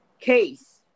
case